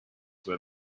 where